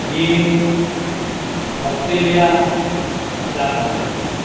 China Australia Japan